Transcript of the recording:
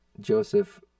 Joseph